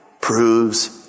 proves